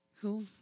Cool